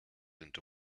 into